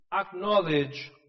acknowledge